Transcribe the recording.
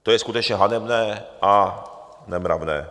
To je skutečně hanebné a nemravné!